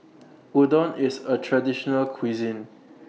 Udon IS A Traditional Cuisine